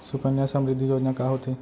सुकन्या समृद्धि योजना का होथे